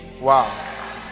Wow